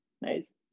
Nice